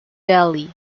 delhi